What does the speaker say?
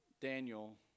Daniel